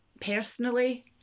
personally